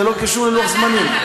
זה לא קשור ללוח זמנים.